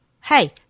Hey